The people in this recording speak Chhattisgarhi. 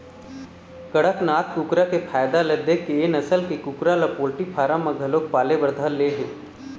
कड़कनाथ कुकरा के फायदा ल देखके ए नसल के कुकरा ल पोल्टी फारम म घलोक पाले बर धर ले हे